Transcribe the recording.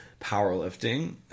powerlifting